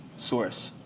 source.